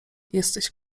jesteś